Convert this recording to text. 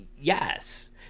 yes